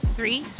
Three